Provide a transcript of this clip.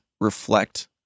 reflect